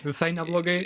visai neblogai